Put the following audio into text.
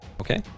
Okay